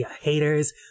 haters